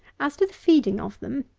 as to the feeding of them,